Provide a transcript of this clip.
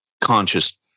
conscious